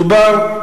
מדובר,